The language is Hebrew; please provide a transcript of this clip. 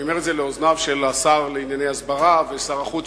אני אומר את זה לאוזני השר לענייני הסברה ושר החוץ,